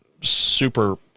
Super